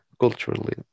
culturally